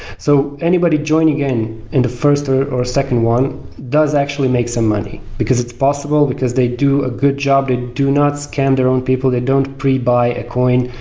so anybody joining in in the first or or second one does actually make some money, because it's possible, because they do a good job, they do not scam their own people, they don't pre-buy a coin.